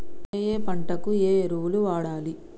ఏయే పంటకు ఏ ఎరువులు వాడాలి?